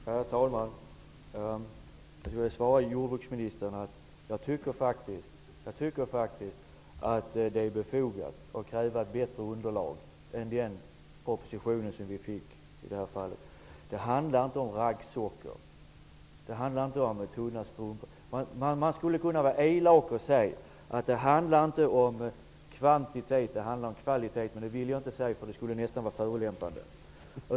Herr talman! Jag vill svara jordbruksministern att jag faktiskt tycker att det är befogat att kräva ett bättre underlag än den proposition som vi fick i detta fall. Det handlar inte om raggsockor eller tunna strumpor. Jag skulle kunna vara elak och säga att det inte handlar om kvantitet, utan om kvalitet. Men det vill jag inte säga, därför att det skulle nästan vara förolämpande.